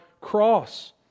cross